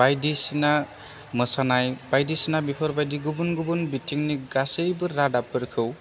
बायदिसिना मोसानाय बायदिसिना बेफोरबायदि गुबुन गुबुन बिथिंनि गासैबो रादाबफोरखौ